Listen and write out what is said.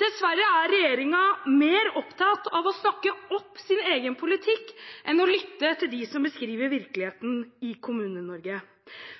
Dessverre er regjeringen mer opptatt av å snakke opp sin egen politikk enn å lytte til dem som beskriver virkeligheten i Kommune-Norge.